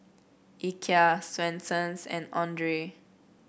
Ikea Swensens and Andre